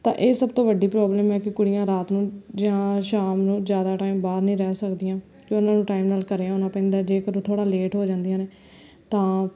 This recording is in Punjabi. ਤਾਂ ਇਹ ਸਭ ਤੋਂ ਵੱਡੀ ਪ੍ਰੋਬਲਮ ਹੈ ਕਿ ਕੁੜੀਆਂ ਰਾਤ ਨੂੰ ਜਾਂ ਸ਼ਾਮ ਨੂੰ ਜ਼ਿਆਦਾ ਟਾਈਮ ਬਾਹਰ ਨਹੀਂ ਰਹਿ ਸਕਦੀਆਂ ਅਤੇ ਉਹਨਾਂ ਨੂੰ ਟਾਈਮ ਨਾਲ ਘਰ ਉਹਨਾਂ ਪੈਂਦਾ ਜੇਕਰ ਥੋੜ੍ਹਾ ਲੇਟ ਹੋ ਜਾਂਦੀਆਂ ਨੇ ਤਾਂ